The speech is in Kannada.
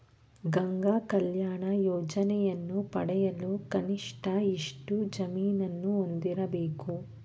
ಗಂಗಾ ಕಲ್ಯಾಣ ಯೋಜನೆಯನ್ನು ಪಡೆಯಲು ಕನಿಷ್ಠ ಎಷ್ಟು ಜಮೀನನ್ನು ಹೊಂದಿರಬೇಕು?